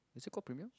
is it called premiums